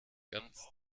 ganz